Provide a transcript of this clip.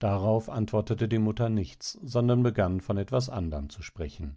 darauf antwortete die mutter nichts sondern begann von etwas anderm zu sprechen